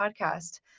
podcast